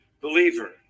believer